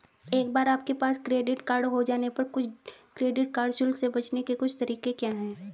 एक बार आपके पास क्रेडिट कार्ड हो जाने पर कुछ क्रेडिट कार्ड शुल्क से बचने के कुछ तरीके क्या हैं?